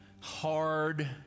hard